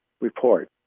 report